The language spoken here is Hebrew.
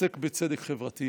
שעוסק בצדק חברתי,